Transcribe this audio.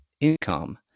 income